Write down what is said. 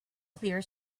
clear